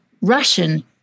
Russian